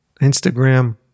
Instagram